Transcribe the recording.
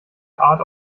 art